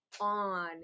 on